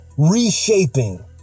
reshaping